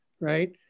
right